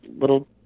little